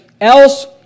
Else